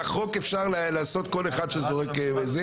בחוק אפשר לעשות כל אחד שזורק זה,